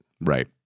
Right